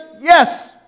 Yes